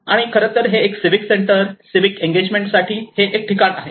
आणि खरं तर हे एक सिविक सेंटर सिविक एंगेजमेंट साठी एक ठिकाण आहे